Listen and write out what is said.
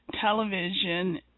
television